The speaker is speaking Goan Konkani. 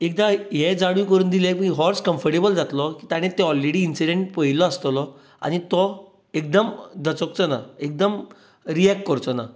एकदां हें जाणीव करून दिलें की हाॅर्स कम्फर्टेबल जातलो की ताणें तो ओलरेडी इन्सीडेंट पळयल्लो आसतलो आनी तो एकदम दचकचो ना एकदम रियेक्ट करचो ना